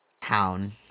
town